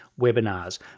webinars